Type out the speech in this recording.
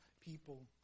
people